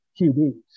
QBs